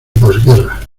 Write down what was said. posguerra